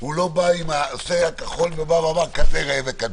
הוא לא בא עם הנוסח הכחול ואמר: כזה ראה וקדש,